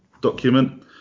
document